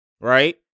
right